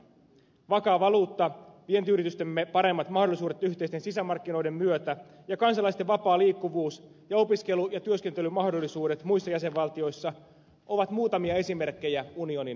vakaa valuutta vientiyritystemme paremmat mahdollisuudet yhteisten sisämarkkinoiden myötä ja kansalaisten vapaa liikkuvuus ja opiskelu ja työskentelymahdollisuudet muissa jäsenvaltioissa ovat muutamia esimerkkejä unionin hyödyistä